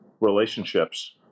relationships